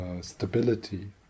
stability